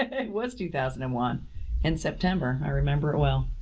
it was two thousand and one and september. i remember it well.